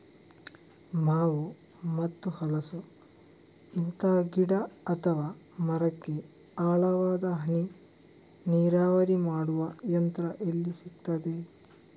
ಮಾವು ಮತ್ತು ಹಲಸು, ಇಂತ ಗಿಡ ಅಥವಾ ಮರಕ್ಕೆ ಆಳವಾದ ಹನಿ ನೀರಾವರಿ ಮಾಡುವ ಯಂತ್ರ ಎಲ್ಲಿ ಸಿಕ್ತದೆ?